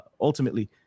ultimately